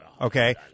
Okay